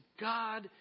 God